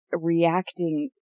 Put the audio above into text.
reacting